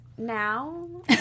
Now